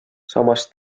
samas